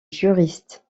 juriste